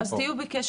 יופי, אז תהיו בקשר.